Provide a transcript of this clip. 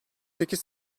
sekiz